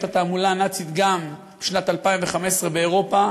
התעמולה הנאצית גם בשנת 2015 באירופה.